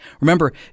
Remember